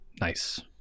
Nice